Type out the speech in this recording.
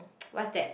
what's that